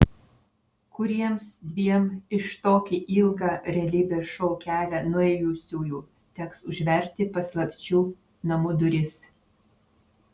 kuriems dviem iš tokį ilgą realybės šou kelią nuėjusiųjų teks užverti paslapčių namų duris